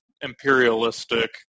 imperialistic